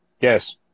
Yes